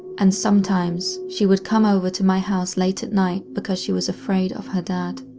and sometimes she would come over to my house late at night because she was afraid of her dad.